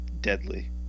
deadly